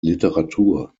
literatur